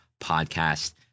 podcast